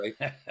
right